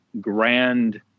grand